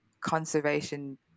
conservation